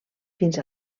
fins